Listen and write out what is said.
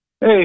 Hey